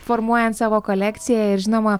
formuojant savo kolekciją ir žinoma